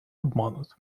обманут